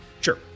Sure